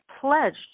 pledged